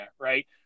right